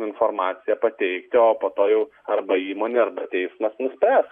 informaciją pateikti o po to jau arba įmonė arba teismas nuspręs